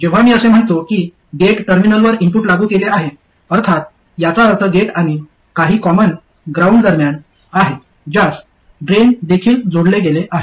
जेव्हा मी असे म्हणतो की गेट टर्मिनलवर इनपुट लागू केले आहे अर्थात याचा अर्थ गेट आणि काही कॉमन ग्राउंड दरम्यान आहे ज्यास ड्रेन देखील जोडले गेले आहे